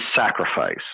sacrifice